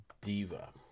diva